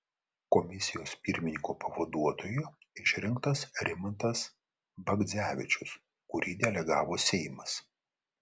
komisijos pirmininko pavaduotoju išrinktas rimantas bagdzevičius kurį delegavo seimas